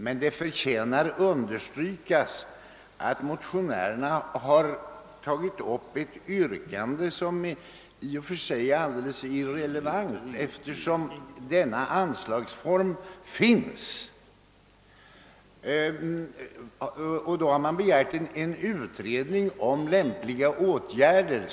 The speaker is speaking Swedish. Men det förtjänar understrykas att motionärerna i sin motion gjort ett yrkande som är alldeles onödigt; de åtgärder för bidragsgivning till båtoch färjförbindelser som motionärerna begärt finns redan. Motionärerna har begärt en utredning om lämpliga åtgärder.